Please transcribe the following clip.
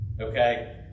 Okay